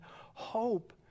hope